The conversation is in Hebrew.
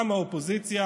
גם מהאופוזיציה